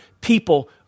people